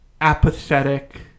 apathetic